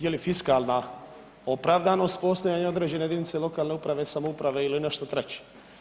Je li fiskalna opravdanost postojanje određene jedinice lokalne uprave i samouprave ili nešto treće?